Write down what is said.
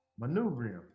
Manubrium